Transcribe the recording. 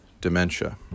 dementia